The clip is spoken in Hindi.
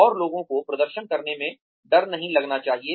और लोगों को प्रदर्शन करने में डर नहीं लगना चाहिए